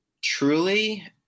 Truly